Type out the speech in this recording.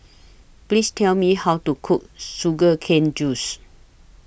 Please Tell Me How to Cook Sugar Cane Juice